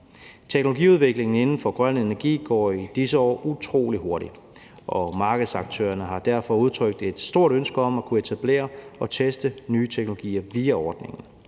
Teknologiudviklingen inden for grøn energi går i disse år utrolig hurtigt, og markedsaktørerne har derfor udtrykt et stort ønske om at kunne etablere og teste nye teknologier via ordningen.